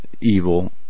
evil